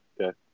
Okay